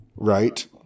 Right